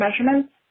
measurements